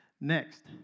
Next